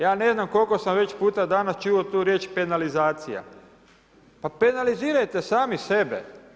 Ja ne znam koliko sam već puta danas čuo riječ penalizacija, pa penalizirajte sami sebe.